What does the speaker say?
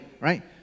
right